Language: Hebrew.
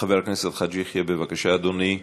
חבר הכנסת חאג' יחיא, בבקשה, אדוני.